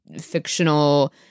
fictional